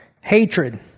Hatred